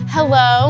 Hello